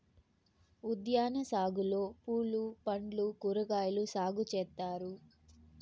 ఉద్యాన సాగులో పూలు పండ్లు కూరగాయలు సాగు చేత్తారు